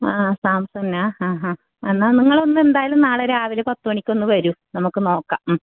ആ സാംസങ്ങാ ആ ആ എന്നാൽ നിങ്ങളൊന്ന് എന്തായാലും നാളെ രാവിലെ പത്തുമണിക്കൊന്നു വരൂ നമുക്ക് നോക്കാം